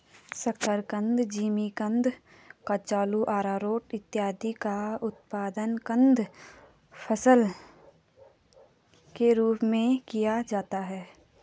शकरकंद, जिमीकंद, कचालू, आरारोट इत्यादि का उत्पादन कंद फसल के रूप में किया जाता है